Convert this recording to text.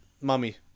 Mummy